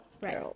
Right